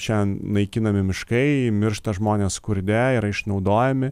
čian naikinami miškai miršta žmonės skurde yra išnaudojami